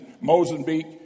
Mozambique